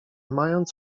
mając